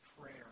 prayer